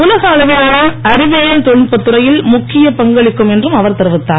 உலக அளவிலான அறிவியல் தொழில்நுட்பத் துறையில் முக்கியப் பங்களிக்கும் என்றும் அவர் தெரிவித்தார்